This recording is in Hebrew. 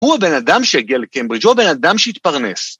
‫הוא הבן אדם שהגיע לקיימברידג, ‫הוא הבן אדם שהתפרנס.